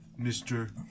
Mr